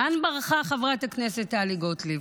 לאן ברחה חברת הכנסת טלי גוטליב?